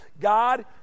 God